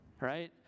right